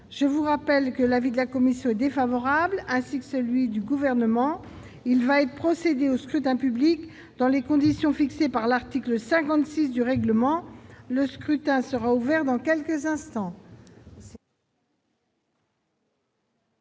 Je rappelle que l'avis de la commission est défavorable, de même que celui du Gouvernement. Il va être procédé au scrutin dans les conditions fixées par l'article 56 du règlement. Le scrutin est ouvert. Personne ne demande